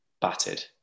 battered